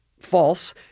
false